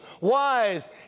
wise